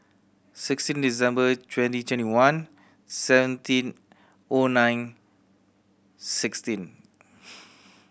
sixteen December twenty twenty one seventeen O nine sixteen